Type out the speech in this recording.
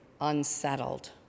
unsettled